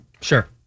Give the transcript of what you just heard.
Sure